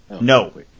No